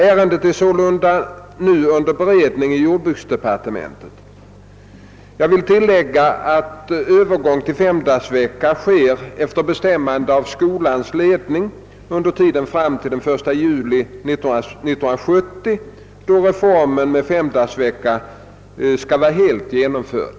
Ärendet är således nu under beredning i jordbruksdepartementet. Jag vill tillägga att övergången till femdagarsvecka sker efter bestämmande av skolans ledning under tiden fram till den 1 juli 1970, då reformen med femdagarsvecka skall vara helt genomförd.